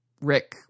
Rick